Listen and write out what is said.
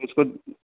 اس کو